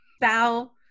bow